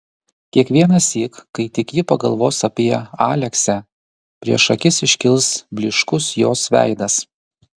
kiekvienąsyk kai tik ji pagalvos apie aleksę prieš akis iškils blyškus jos veidas